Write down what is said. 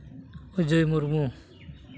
Ajoy Murmu